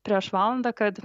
prieš valandą kad